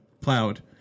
plowed